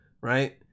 right